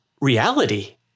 reality